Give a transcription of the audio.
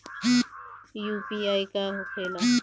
UPI का होखेला?